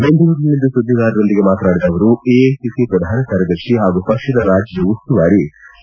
ಬೆಂಗಳೂರಿನಲ್ಲಿಂದು ಸುದ್ದಿಗಾರರೊಂದಿಗೆ ಮಾತನಾಡಿದ ಅವರು ಎಐಸಿಸಿ ಪ್ರಧಾನ ಕಾರ್ಯದರ್ಶಿ ಹಾಗೂ ಪಕ್ಷದ ರಾಜ್ಯ ಉಸ್ತುವಾರಿ ಕೆ